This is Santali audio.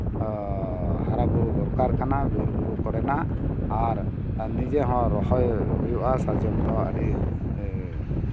ᱦᱟᱨᱟᱼᱵᱩᱨᱩ ᱫᱚᱨᱠᱟᱨ ᱠᱟᱱᱟ ᱵᱤᱨᱼᱵᱩᱨᱩ ᱠᱚᱨᱮᱱᱟᱜ ᱟᱨ ᱱᱤᱡᱮ ᱦᱚᱸ ᱨᱚᱦᱚᱭ ᱦᱩᱭᱩᱜᱼᱟ ᱥᱟᱨᱡᱚᱢ ᱫᱚ ᱟᱹᱰᱤ